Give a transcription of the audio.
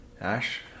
Ash